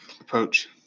approach